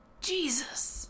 Jesus